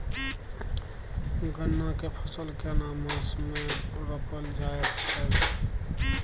गन्ना के फसल केना मास मे रोपल जायत छै?